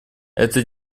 это